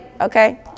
Okay